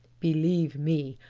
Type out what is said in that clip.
believe me,